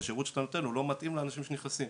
אתה לא מתאים לאנשים שנכנסים.